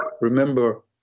Remember